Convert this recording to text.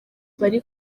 bari